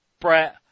brett